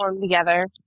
together